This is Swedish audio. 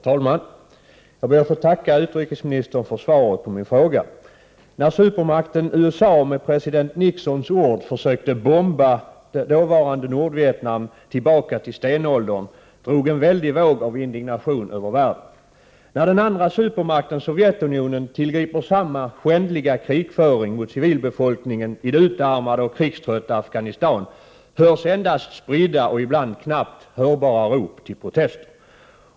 Herr talman! Jag ber att få tacka utrikesministern för svaret på min fråga. När supermakten USA med president Nixons ord försökte bomba dåvarande Nordvietnam tillbaka till stenåldern drog en väldig våg av indignation över världen. När den andra supermakten Sovjetunionen tillgriper samma skändliga krigföring mot civilbefolkningen i det utarmade och krigströtta Afghanistan hörs endast spridda och ibland knappt hörbara rop till protester.